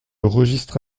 registre